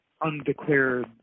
undeclared